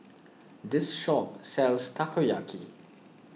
this shop sells Takoyaki